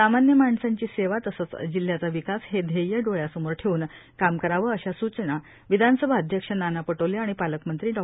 सामान्य माणसाची सेवा आणि जिल्ह्याचा विकास हे ध्येय डोळ्यासमोर ठेवून काम करावे अशा सुचना विधानसभा अध्यक्ष नाना पटोले आणि पालकमंत्री डॉ